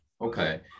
Okay